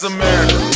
America